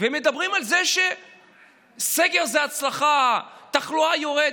מדברים על זה שסגר זו הצלחה, התחלואה יורדת.